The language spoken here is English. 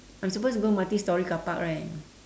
I'm supposed to go multi storey carpark run